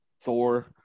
Thor